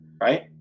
right